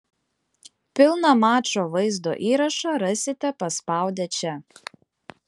pilną mačo vaizdo įrašą rasite paspaudę čia